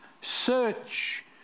search